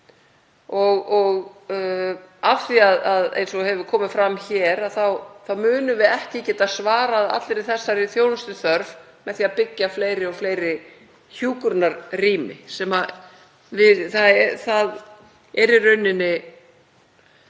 af því að, eins og hefur komið fram hér, við munum ekki geta svarað allri þessari þjónustuþörf með því að byggja fleiri og fleiri hjúkrunarrými. Það er í rauninni